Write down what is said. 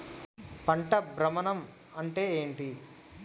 పంట భ్రమణం అంటే ఏంటి?